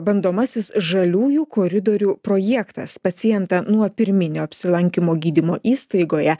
bandomasis žaliųjų koridorių projektas pacientą nuo pirminio apsilankymo gydymo įstaigoje